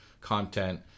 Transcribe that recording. content